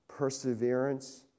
perseverance